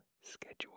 schedule